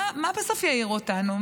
מה בסוף יעיר אותנו?